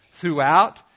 throughout